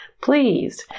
Please